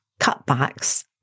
cutbacks